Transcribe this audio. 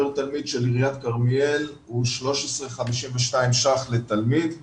הפר תלמיד של עיריית כרמיאל הוא 13.52 ₪ לתלמיד ליום.